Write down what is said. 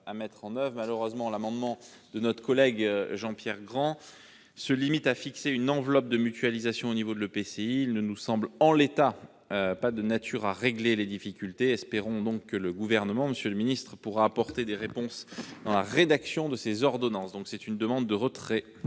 à mettre en oeuvre. Malheureusement, l'amendement de notre collègue Jean-Pierre Grand se limite à fixer une enveloppe de mutualisation au niveau de l'EPCI. Il ne nous semble pas, en l'état, de nature à régler les difficultés. Espérons donc que le Gouvernement pourra apporter des réponses dans le cadre de la rédaction des ordonnances. La commission demande donc le retrait